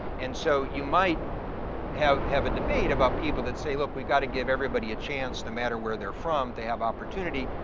and so you might have have a debate about people that say, look, we got to give everybody a chance no matter where they're from to have opportunity,